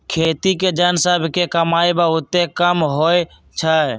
खेती के जन सभ के कमाइ बहुते कम होइ छइ